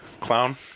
clown